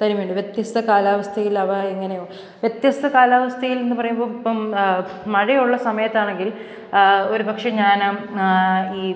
തനിമയുണ്ട് വ്യത്യസ്ഥ കാലാവസ്ഥയിൽ അവ എങ്ങനെ ഒ വ്യത്യസ്ഥ കാലാവസ്ഥയിൽ നിന്ന് പറയുമ്പോൾ ഇപ്പം മഴ ഉള്ള സമയത്താണെങ്കിൽ ഒരു പക്ഷേ ഞാൻ ഈ